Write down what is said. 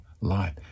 life